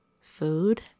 food